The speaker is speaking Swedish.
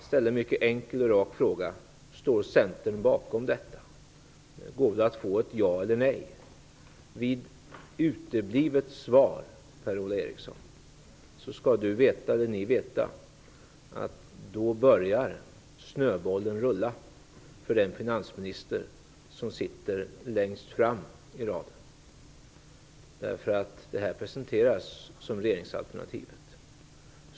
En enkel och mycket rak fråga här: Står Centern bakom detta? Jag undrar om det går att få ett ja eller nej som svar på den frågan. Vid uteblivet svar, Per-Ola Eriksson, skall ni veta att snöbollen börjar rulla för den finansminister som sitter längst fram i raden. Det här presenteras ju som regeringsalternativet.